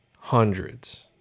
hundreds